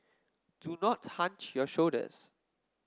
do not hunch your shoulders